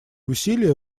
усилия